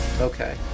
Okay